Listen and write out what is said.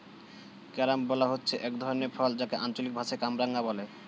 carambola হচ্ছে এক ধরনের ফল যাকে আঞ্চলিক ভাষায় কামরাঙা বলে